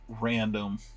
random